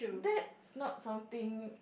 that's not something